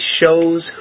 shows